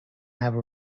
have